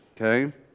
Okay